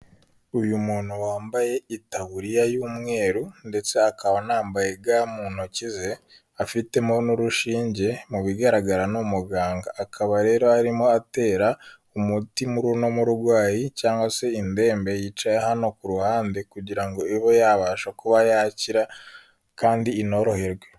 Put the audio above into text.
Uyu muntu wambaye itaburiya y'umweru ndetse akaba anambaye ga mu ntoki ze, afitemo n'urushinge, mu bigaragara ni muganga akaba yari arimo atera umuti muri uno murwayi cyangwa se inbembe yicaye hano ku ruhande, kugira ngo ibe yabasha kuba yakira kandi inoroherwe.